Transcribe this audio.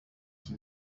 ico